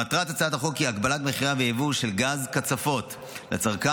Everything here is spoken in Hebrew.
מטרת הצעת החוק היא הגבלת מכירה ויבוא של גז קצפות לצרכן,